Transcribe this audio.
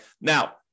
Now